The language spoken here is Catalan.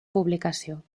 publicació